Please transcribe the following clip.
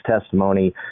testimony